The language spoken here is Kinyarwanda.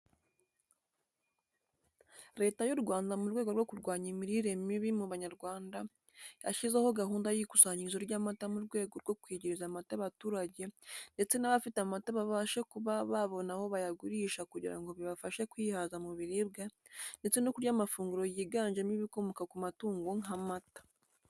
Leta y'u Rwanda mu rwego rwo kurwanya imirire mibi mu Banyarwanda yashyizeho gahunda y'ikusanyirizo ry'amata mu rwego rwo kwegereza amata abaturage ndetse n'abafite amata babashe kuba babona aho bayagurisha kugira ngo bibafashe kwihaza mu biribwa ndetse no kurya amafunguro yiganjemo ibikomoka ku matungo nk'amata.